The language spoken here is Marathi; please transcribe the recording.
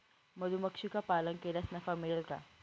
मधुमक्षिका पालन केल्यास नफा मिळेल का?